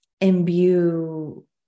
imbue